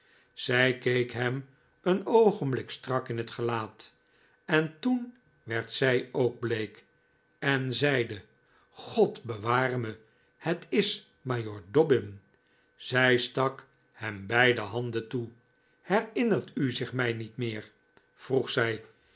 zij keek hem een oogenblik strak in het gelaat en toen werd zij ook bleek en zeide god bewaar me het is majoor dobbin zij stak hem beide handen toe herinnert u zich mij niet meer vroeg zij